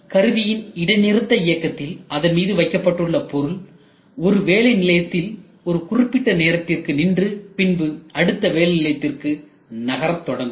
கருவியின் இடைநிறுத்த இயக்கத்தில் அதன் மீது வைக்கப்பட்ட பொருள் ஒருவேலை நிலையத்தில் ஒரு குறிப்பிட்ட நேரத்திற்கு நின்று பின்பு அடுத்த வேலை நிலையத்திற்கு நகரத் தொடங்கும்